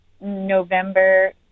November